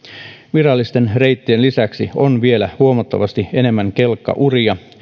virallisten reittien lisäksi on vielä huomattavasti enemmän kelkkauria